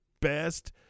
best